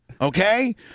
Okay